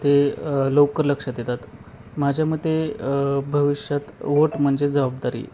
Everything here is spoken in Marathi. ते लवकर लक्षात येतात माझ्या मते भविष्यात वोट म्हणजे जबाबदारी